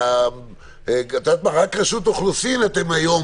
ורק ברשות האוכלוסין היום